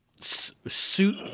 suit